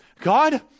God